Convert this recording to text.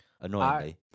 Annoyingly